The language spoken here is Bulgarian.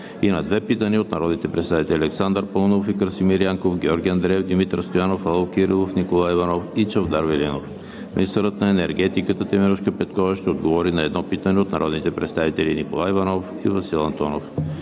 и на 2 питания от народните представители Александър Паунов; и Красимир Янков, Георги Андреев, Димитър Стоянов, Лало Кирилов, Николай Иванов и Чавдар Велинов. 2. Министърът на енергетиката Теменужка Петкова ще отговори на 1 питане от народните представители Николай Иванов и Васил Антонов.